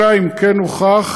אלא אם כן הוכיח